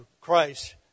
Christ